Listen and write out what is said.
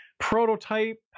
prototype